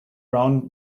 brown